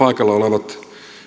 paikalla olevat